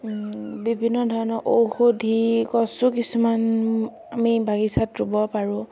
বিভিন্ন ধৰণৰ ঔষধি গছো কিছুমান আমি বাগিচাত ৰুব পাৰোঁ